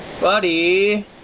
Buddy